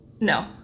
No